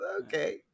okay